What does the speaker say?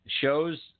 shows